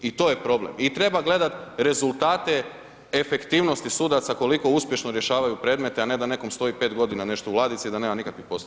I to je problem i treba gledati rezultate efektivnosti sudaca, koliko uspješno rješavaju predmete, a ne da nekom stoji 5 godina nešto u ladici i da nema nikakvi posljedica.